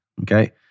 Okay